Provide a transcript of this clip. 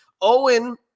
Owen